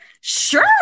sure